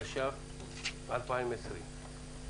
התש"ף-2020.